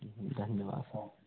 धन्यवाद